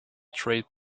trade